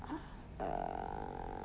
err